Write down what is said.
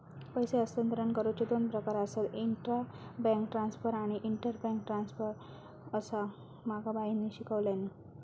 पैसे हस्तांतरण करुचे दोन प्रकार आसत, इंट्रा बैंक ट्रांसफर आणि इंटर बैंक ट्रांसफर, असा माका बाईंनी शिकवल्यानी